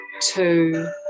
Two